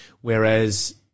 Whereas